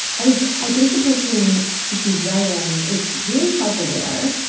i was i think the person who's writing is really self-aware.